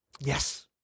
yes